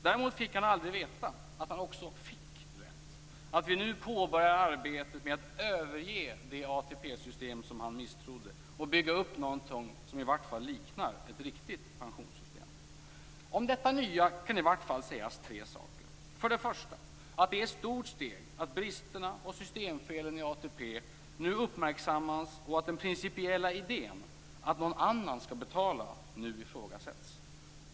Däremot fick han aldrig veta att han också fick rätt, att vi nu påbörjar arbetet med att överge det ATP-system han misstrodde och bygga upp någonting som i varje fall liknar ett riktigt pensionssystem. Om detta nya kan i varje fall sägas tre saker. För det första är det ett stort steg att bristerna och systemfelen i ATP nu uppmärksammas och att den principiella idén, att någon annan skall betala, nu ifrågasätts.